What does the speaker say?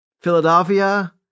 Philadelphia